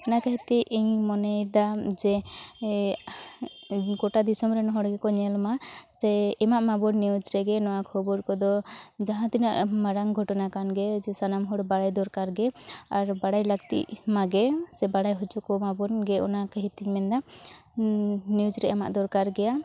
ᱚᱱᱟ ᱠᱷᱟᱹᱛᱤᱨᱛᱮ ᱤᱧ ᱢᱚᱱᱮᱭᱮᱫᱟ ᱡᱮ ᱜᱚᱴᱟ ᱫᱤᱥᱚᱢᱨᱮᱱ ᱦᱚᱲ ᱜᱮᱠᱚ ᱧᱮᱞᱢᱟ ᱥᱮ ᱮᱢᱟᱜ ᱢᱟᱵᱚᱱ ᱱᱤᱣᱩᱡᱽ ᱨᱮᱜᱮ ᱱᱚᱣᱟ ᱠᱷᱚᱵᱚᱨ ᱠᱚᱫᱚ ᱡᱟᱦᱟᱸ ᱛᱤᱱᱟᱹᱜ ᱢᱟᱨᱟᱝ ᱜᱷᱚᱴᱚᱱᱟ ᱠᱟᱱᱜᱮ ᱡᱮ ᱥᱟᱱᱟᱢ ᱦᱚᱲ ᱵᱟᱲᱟᱭ ᱫᱚᱨᱠᱟᱨ ᱜᱮ ᱟᱨ ᱵᱟᱲᱟᱭ ᱞᱟᱹᱠᱛᱤᱜᱢᱟ ᱜᱮ ᱥᱮ ᱵᱟᱲᱟᱭ ᱦᱚᱪᱚᱠᱚ ᱢᱟᱵᱚᱱ ᱜᱮ ᱚᱱᱟ ᱠᱷᱟᱹᱛᱤᱨ ᱛᱮᱧ ᱢᱮᱱᱫᱟ ᱱᱤᱣᱩᱡᱽ ᱨᱮ ᱮᱢᱟᱜ ᱫᱚᱨᱠᱟᱨ ᱜᱮᱭᱟ